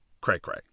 cray-cray